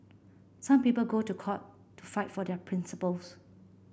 some people go to court to fight for their principles